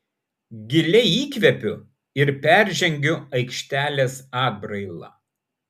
giliai įkvepiu ir peržengiu aikštelės atbrailą